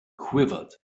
quivered